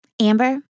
Amber